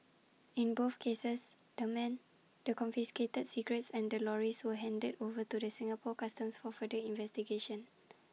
in both cases the men the confiscated cigarettes and the lorries were handed over to the Singapore Customs for further investigations